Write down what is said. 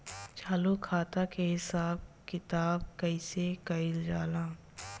चालू खाता के हिसाब किताब कइसे कइल जाला?